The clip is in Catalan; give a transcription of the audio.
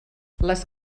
les